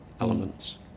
elements